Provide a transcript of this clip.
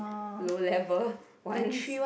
low level once